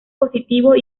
positivos